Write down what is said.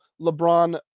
LeBron